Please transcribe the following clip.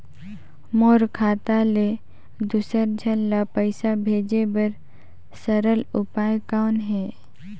मोर खाता ले दुसर झन ल पईसा भेजे बर सरल उपाय कौन हे?